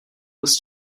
was